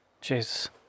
Jesus